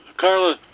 Carla